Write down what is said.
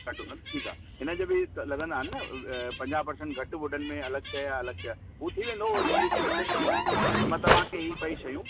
घटि हूंदो न ठीकु आहे हिनजो बि त लगंदा आहिनि पंजाह पर्सेंट घटि वुडन में अलॻि शइ आहे अलॻि शइ आहे हू थी वेंदो हुनजी इंस्पेक्शन थी वेंदी मां तव्हांखे ही ॿई शयूं